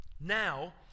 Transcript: Now